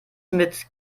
mit